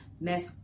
mess